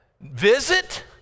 visit